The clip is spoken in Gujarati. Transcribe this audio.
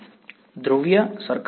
વિદ્યાર્થી ધ્રુવીય વર્તુળ